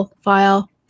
file